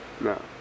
No